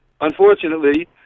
unfortunately